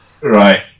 Right